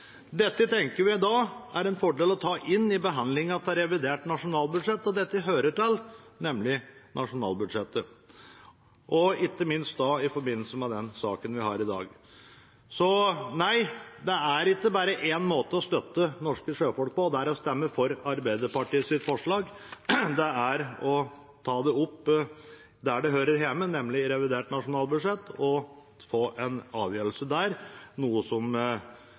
Dette tenker vi da er en fordel å ta inn i behandlingen av revidert nasjonalbudsjett, siden dette hører til nettopp i nasjonalbudsjettet, ikke minst i forbindelse med den saken vi har i dag. Så nei: Det er ikke bare én måte å støtte norske sjøfolk på, å stemme for Arbeiderpartiets forslag. Det er å ta det opp der det hører hjemme, nemlig i forbindelse med revidert nasjonalbudsjett og få en avgjørelse der, noe som